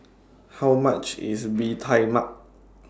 How much IS Bee Tai Mak